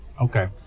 Okay